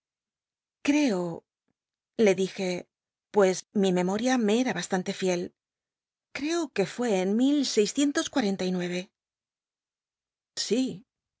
creo le dije pues mi memoria me era baslante fiel creo que rué en hho sí